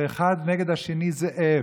שאחד נגד השני זאב,